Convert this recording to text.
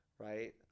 Right